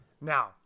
Now